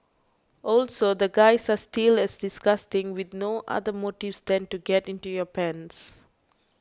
also the guys are still as disgusting with no other motives than to get in your pants